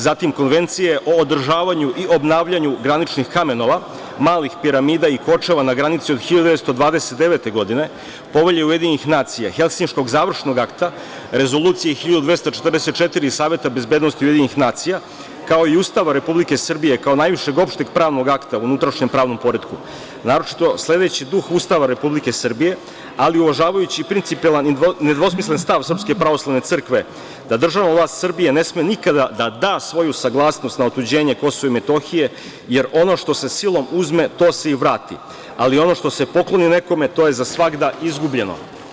Zatim, Konvencije o održavanju i obnavljanju graničnih kamenova, malih piramida i kočeva na granici od 1929. godine, Povelje UN, Helsinškog završnog akta, Rezolucije 1244 Saveta bezbednosti UN, kao i ustava Republike Srbije, kao najvišeg opšteg pravnog akta u unutrašnjem pravnom poretku, naročito sledeći duh Ustava Republike Srbije, ali uvažavajući principijelan i nedvosmislen stav SPC, da država ova Srbija ne sme nikada da da svoju saglasnost na otuđenje Kosova i Metohije, jer ono što se silom uzme, to se i vrati, ali ono što se pokloni nekome, to je zasvagda izgubljeno.